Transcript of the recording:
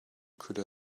could